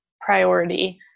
priority